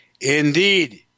Indeed